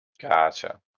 Gotcha